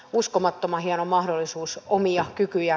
uskomattoman hieno mahdollisuus omia kykyjä